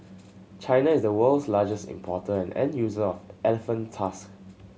China is the world's largest importer and end user of elephant tusks